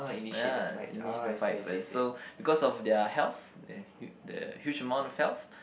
ya initiate the fight first so because of their health their hu~ their huge amount of health